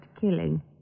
killing